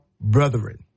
brethren